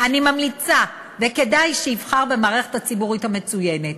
אני ממליצה וכדאי שיבחר במערכת הציבורית המצוינת.